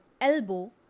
elbow